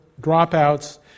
dropouts